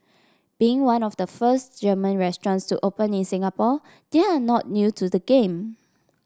being one of the first German restaurants to open in Singapore they are not new to the game